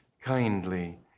kindly